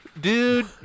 dude